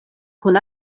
kun